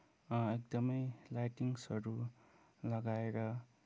एकदमै लाइटिङ्ग्सहरू लगाएर